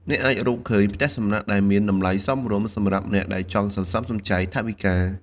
អ្នកអាចរកឃើញ ផ្ទះសំណាក់ ដែលមានតម្លៃសមរម្យសម្រាប់អ្នកដែលចង់សន្សំសំចៃថវិកា។